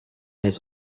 his